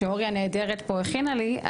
שאורי הנהדרת פה הכינה לי,